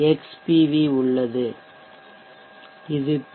xPV உள்ளது இது B